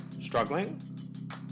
struggling